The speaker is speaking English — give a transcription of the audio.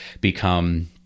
become